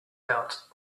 out